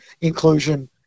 inclusion